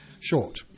short